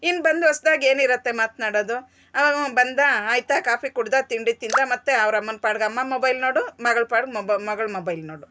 ಇನ್ನು ಬಂದ ಹೊಸ್ದಾಗಿ ಏನು ಇರತ್ತೆ ಮಾತ್ನಾಡೋದು ಬಂದ ಆಯ್ತ ಕಾಫಿ ಕುಡ್ದಾ ತಿಂಡಿ ತಿಂದಾ ಮತ್ತೆ ಅವರ ಅಮ್ಮನ ಪಾಡ್ಗೆ ಅಮ್ಮ ಮೊಬೈಲ್ ನೋಡು ಮಗಳ ಪಾಡ್ಗೆ ಮೊಬ ಮಗಳು ಮೊಬೈಲ್ ನೋಡು